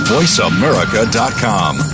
VoiceAmerica.com